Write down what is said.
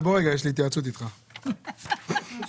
(הישיבה נפסקה בשעה 14:44 ונתחדשה בשעה 14:49.)